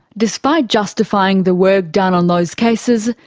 despite justifying the work done on those cases,